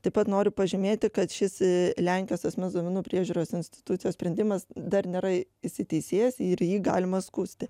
taip pat noriu pažymėti kad šis lenkijos asmens duomenų priežiūros institucijos sprendimas dar nėra įsiteisėjęs ir jį galima skųsti